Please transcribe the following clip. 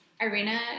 Irina